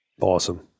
awesome